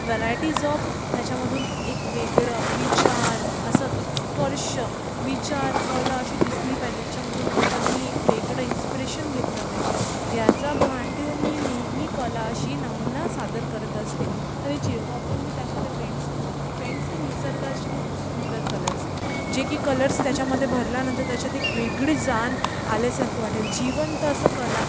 varieties of त्याच्यामधून एक वेगळं विचार असा स्पर्श विचार कला अशी दिसली पाहिजे ज्याच्यामधून लोकांनी एक वेगळं इन्स्पिरेशन घेतलं पाहिजे याचा भान ठेवून मी नेहमी कला अशी नमुना सादर करत असते आणि जेव्हा पण मी त्यामध्ये पेंट्स भरते तर पेंट्स हे निसर्गाशी खूप सुंदर कलर्स आहे जे की कलर्स त्याच्यामध्ये भरल्यानंतर त्याच्यात एक वेगळी जान आल्यासारखं वाटेल जिवंत असं कला